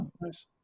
nice